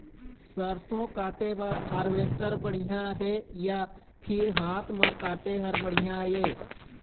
सरसों काटे बर हारवेस्टर बढ़िया हे या फिर हाथ म काटे हर बढ़िया ये?